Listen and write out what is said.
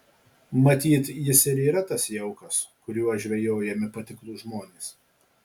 matyt jis ir yra tas jaukas kuriuo žvejojami patiklūs žmonės